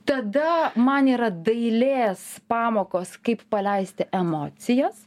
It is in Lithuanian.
tada man yra dailės pamokos kaip paleisti emocijas